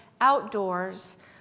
outdoors